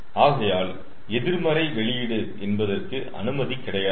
ஆகையால் எதிர்மறை வெளியீடு என்பதற்கு அனுமதி கிடையாது